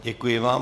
Děkuji vám.